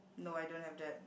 no I don't have that